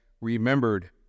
remembered